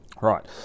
Right